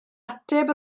ateb